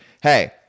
hey